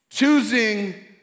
Choosing